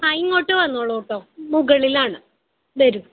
ആ ഇങ്ങോട്ട് വന്നോളൂ കേട്ടോ മുകളിലാണ് വരൂ